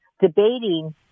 debating